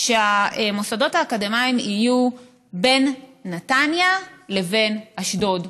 שהמוסדות האקדמיים יהיו בין נתניה לבין אשדוד.